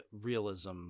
realism